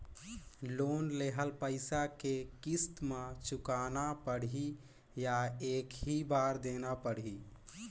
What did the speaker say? Loan लेहल पइसा के किस्त म चुकाना पढ़ही या एक ही बार देना पढ़ही?